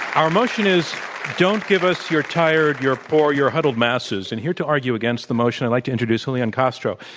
our motion is don't give us your tired, your poor, your huddled masses. and here to argue against the motion, i'd like to introduce julian castro.